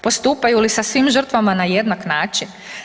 Postupaju li sa svim žrtvama na jednak način?